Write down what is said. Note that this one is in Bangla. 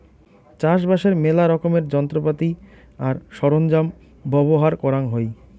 চাষবাসের মেলা রকমের যন্ত্রপাতি আর সরঞ্জাম ব্যবহার করাং হই